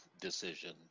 decision